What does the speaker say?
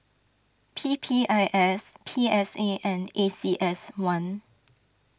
P P I S P S A and A C S one